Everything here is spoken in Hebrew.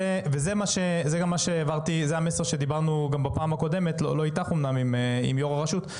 זה המסר שדיברנו עליו גם בפעם הקודמת עם יו"ר הרשות.